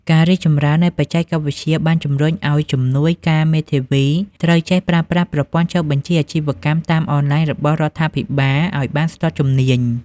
ការរីកចម្រើននៃបច្ចេកវិទ្យាបានជំរុញឱ្យជំនួយការមេធាវីត្រូវចេះប្រើប្រាស់ប្រព័ន្ធចុះបញ្ជីអាជីវកម្មតាមអនឡាញរបស់រដ្ឋាភិបាលឱ្យបានស្ទាត់ជំនាញ។